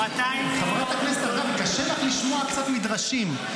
חברת הכנסת הרכבי, קשה לך לשמוע קצת מדרשים.